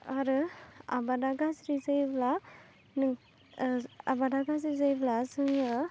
आरो आबादा गाज्रि जायोब्लानो आबादा गाज्रि जायोब्ला जोङो